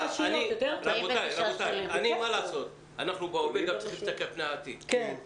אנחנו בהווה וצריכים להסתכל גם על פני העתיד.